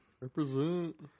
represent